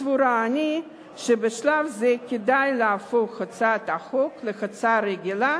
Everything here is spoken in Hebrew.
סבורה אני שבשלב זה כדאי להפוך את הצעת החוק להצעה רגילה